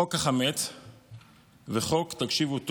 חוק החמץ ותקשיבו טוב,